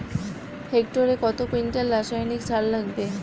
হেক্টরে কত কুইন্টাল রাসায়নিক সার লাগবে?